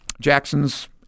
Jackson's